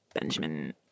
Benjamin